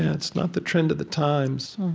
it's not the trend of the times